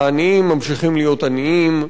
העניים ממשיכים להיות עניים,